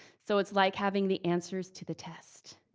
so it's like having the answers to the test.